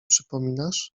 przypominasz